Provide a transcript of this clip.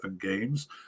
games